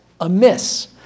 amiss